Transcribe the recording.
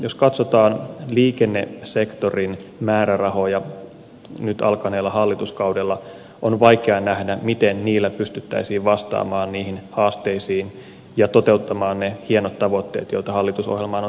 jos katsotaan liikennesektorin määrärahoja nyt alkaneella hallituskaudella on vaikea nähdä miten niillä pystyttäisiin vastaamaan niihin haasteisiin ja toteuttamaan ne hienot tavoitteet joita hallitusohjelmaan on tekstipuolella kirjattu